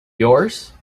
yours